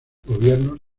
gobiernos